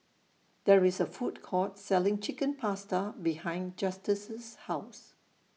There IS A Food Court Selling Chicken Pasta behind Justus' House